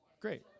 Great